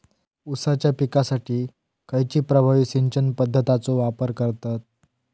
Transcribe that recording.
ऊसाच्या पिकासाठी खैयची प्रभावी सिंचन पद्धताचो वापर करतत?